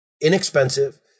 inexpensive